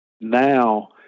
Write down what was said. now